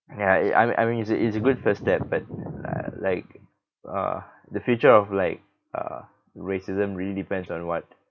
ya I I mean I mean it's a it's a good first step but uh like uh the future of like uh racism really depends on what